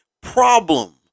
problem